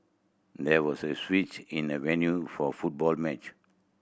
there was a switch in the venue for football match